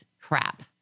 crap